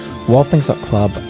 WildThings.Club